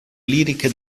liriche